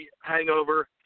hangover